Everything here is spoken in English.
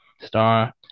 star